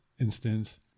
instance